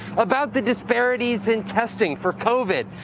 about the disparities in testing for covid,